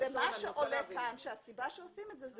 מה שעולה כאן זה שהסיבה שעושים את זה,